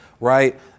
right